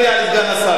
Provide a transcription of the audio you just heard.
בבקשה.